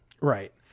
Right